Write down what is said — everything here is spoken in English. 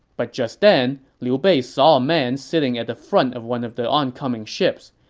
but just then, liu bei saw a man sitting at the front of one of the oncoming ships.